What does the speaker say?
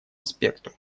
аспекту